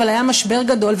אבל היה משבר גדול,